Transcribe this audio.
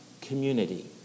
community